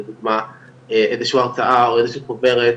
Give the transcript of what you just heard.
לדוגמה איזו שהיא הרצאה או איזה שהיא חוברת,